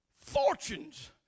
Fortunes